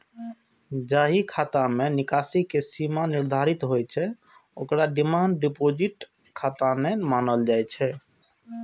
जाहि खाता मे निकासी के सीमा निर्धारित होइ छै, ओकरा डिमांड डिपोजिट खाता नै मानल जाइ छै